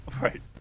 right